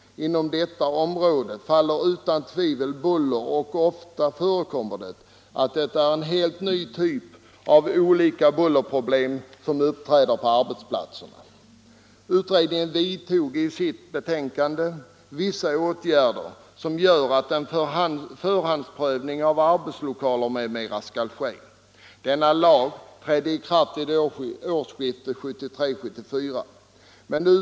Till detta område räknas utan tvivel buller. Det förekommer ofta att helt nya typer av bullerproblem uppträder på arbetsplatserna. Utredningen föreslog i sitt delbetänkande vissa åtgärder som gör att en förhandsprövning av arbetslokaler m.m. skall ske. Denna lag trädde i kraft vid årsskiftet 1973-1974.